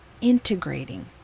integrating